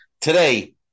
today